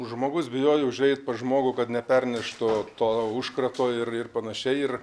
žmogus bijojo užeit pas žmogų kad neperneštų to užkrato ir ir panašiai ir